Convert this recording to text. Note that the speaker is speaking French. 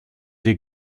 des